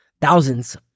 thousands